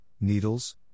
Needles